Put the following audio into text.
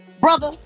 brother